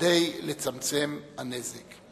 כדי לצמצם את הנזק.